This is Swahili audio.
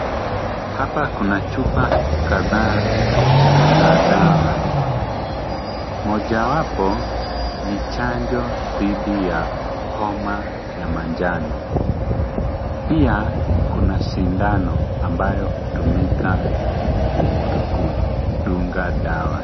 Hapa kuna chupa kadhaa za dawa. Mojawapo ni chanjo dhidi ya homa ya manjano. Pia kuna sindano ambayo hutumika kudunga dawa.